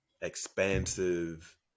expansive